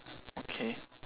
okay